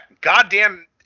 goddamn